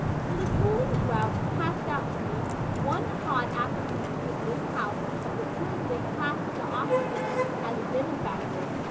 for the cooling draught passed out to me one hot afternoon from this house would certainly class the occupant as a benefactor.